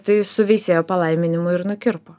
tai su veisėjo palaiminimu ir nukirpo